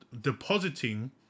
depositing